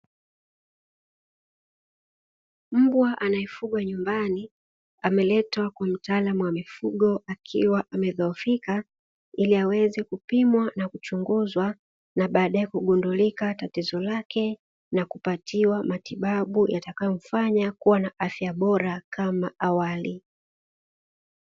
Mbwa anayefugwa nyumbani ameletwa kwa mtaalamu wa mifugo akiwa amedhofika ili aweze kupimwa na uchunguzwa na badae kugundulika tatizo lake, na kupatiwa matibabu yatakayo mfanya kuwa na afya bora kama awali.